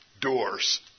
doors